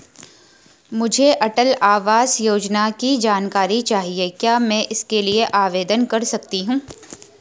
मुझे अटल आवास योजना की जानकारी चाहिए क्या मैं इसके लिए आवेदन कर सकती हूँ?